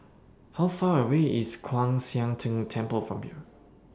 How Far away IS Kwan Siang Tng Temple from here